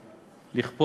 הוא אזרח.